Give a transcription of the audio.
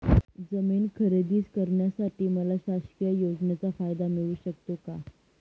जमीन खरेदी करण्यासाठी मला शासकीय योजनेचा फायदा मिळू शकतो का?